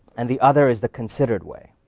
and the other is the considered way.